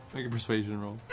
make a persuasion roll.